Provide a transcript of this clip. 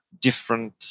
different